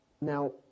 Now